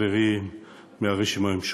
חברי מהרשימה המשותפת,